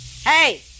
Hey